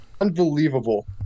unbelievable